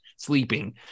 sleeping